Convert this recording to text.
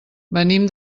venim